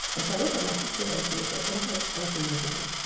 and so i looked at my sister and she was like, go ahead. tell him what you do.